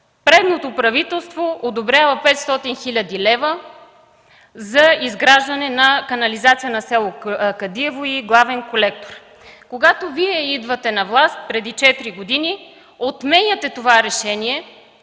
Предното правителство одобрява 500 хил. лв. за изграждане на канализация на село Кадиево и главен колектор. Когато Вие идвате на власт, преди четири години, отменяте това решение